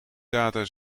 data